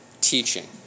teaching